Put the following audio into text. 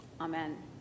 Amen